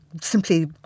simply